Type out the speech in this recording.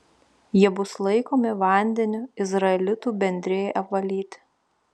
jie bus laikomi vandeniu izraelitų bendrijai apvalyti